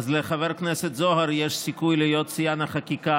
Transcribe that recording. אז לחבר הכנסת זוהר יש סיכוי להיות שיאן החקיקה